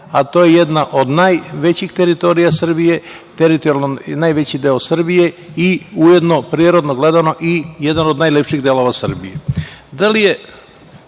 a to je jedna od najvećih teritorija Srbije, teritorijalno najveći deo Srbije, i ujedno, prirodno gledano, i jedan od najlepših delova Srbije. Da